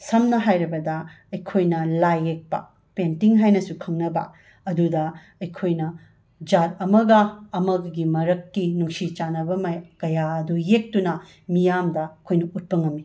ꯁꯝꯅ ꯍꯥꯏꯔꯕꯗ ꯑꯩꯈꯣꯏꯅ ꯂꯥꯏ ꯌꯦꯛꯄ ꯄꯦꯟꯇꯤꯡ ꯍꯥꯏꯅꯁꯨ ꯈꯪꯅꯕꯥ ꯑꯗꯨꯗ ꯑꯩꯈꯣꯏꯅ ꯖꯥꯠ ꯑꯃꯒ ꯑꯃꯒꯒꯤ ꯃꯔꯛꯀꯤ ꯅꯨꯡꯁꯤ ꯆꯥꯟꯅꯕ ꯃ ꯀꯌꯥ ꯑꯗꯨ ꯌꯦꯛꯇꯨꯅꯥ ꯃꯤꯌꯥꯝꯗ ꯑꯩꯈꯣꯏꯅ ꯎꯠꯄ ꯉꯝꯃꯤ